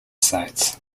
sites